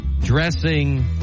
dressing